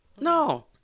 No